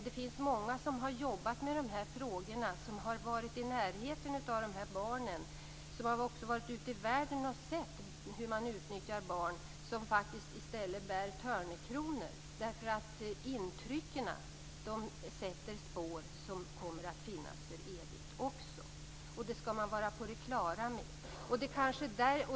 Det finns dock många som har jobbat med de här frågorna - som har varit i närheten av de här barnen och också sett hur man utnyttjar barn ute i världen - som faktiskt i stället bär törnekrona. Dessa intryck sätter spår som kommer att finnas kvar för evigt, och det skall man vara på det klara med.